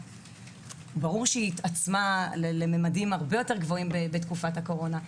ברור שהבדידות התעצמה לממדים הרבה יותר גבוהים בתקופת הקורונה,